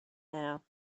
now